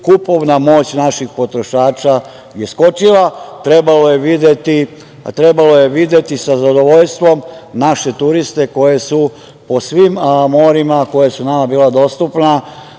kupovna moć potrošača je skočila. Trebalo je videti sa zadovoljstvom naše turiste po svim morima koja su nama bila dostupna